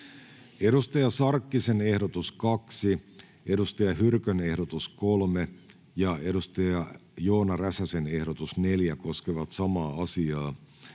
Hanna Sarkkisen ehdotus 2, Saara Hyrkön ehdotus 3 ja Joona Räsäsen ehdotus 4 koskevat samaa asiaa.